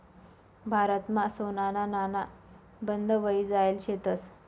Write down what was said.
भारतमा सोनाना नाणा बंद व्हयी जायेल शेतंस